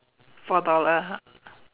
four dollar ha